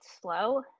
slow